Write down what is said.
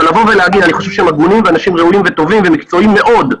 אני חושב שהם הגונים ואנשים ראויים וטובים ומקצועיים מאוד.